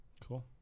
Cool